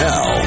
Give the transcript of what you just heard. Now